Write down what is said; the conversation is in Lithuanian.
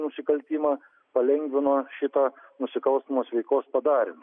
nusikaltimą palengvino šito nusikalstamos veikos padarymu